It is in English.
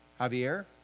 Javier